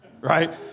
right